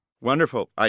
Wonderful